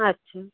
আচ্ছা